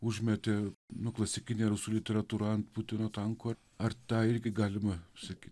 užmetė nu klasikinė rusų literatūra ant putino tankų ar tą irgi galima sakyt